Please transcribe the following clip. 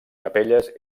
capelles